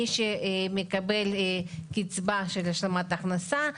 מי שמקבל קצבה של השלמת הכנסה,